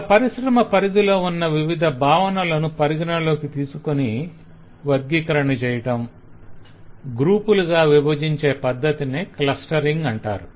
okay పరిశ్రమ పరిధిలో ఉన్న వివిధ భావనలను పరిగణలోకి తీసుకొని వర్గీకరణం చేయటం గ్రూపులుగా విభజించే పద్ధతినే క్లస్టరింగ్ అంటారు